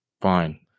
Fine